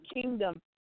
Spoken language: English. kingdom